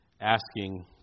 asking